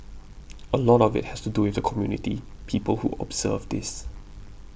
a lot of it has to do with the community people who observe this